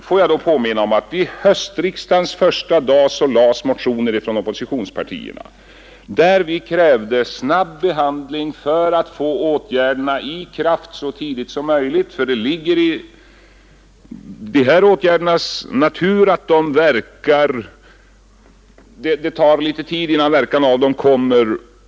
Får jag då påminna om att på höstriksdagens första dag väckte oppositionspartierna motioner med förslag till åtgärder; vi krävde snabb behandling för att åtgärderna skulle kunna vidtas så tidigt som möjligt, eftersom det tar litet tid innan sådana åtgärder verkar.